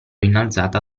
innalzata